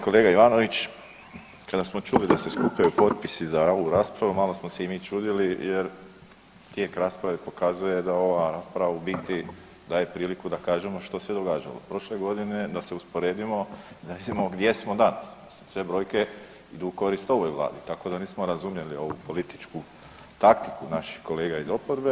Kolega Ivanović kada smo čuli da se skupljaju potpisi za ovu raspravu malo smo se i mi čudili jer tijek rasprave pokazuje da ova rasprava u biti daje priliku da kažemo što se događalo prošle godine, da se usporedimo, da vidimo gdje smo danas jer sve brojke idu u korist ovoj Vladi tako da nismo razumjeli ovu političku taktiku naših kolega iz oporbe.